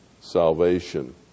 salvation